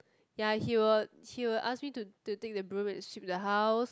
ya he will he will ask me to to take the broom and sweep the house